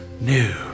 new